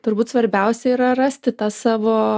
turbūt svarbiausia yra rasti tą savo